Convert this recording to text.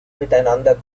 miteinander